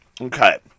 Okay